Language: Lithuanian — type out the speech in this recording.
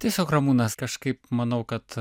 tiesiog ramūnas kažkaip manau kad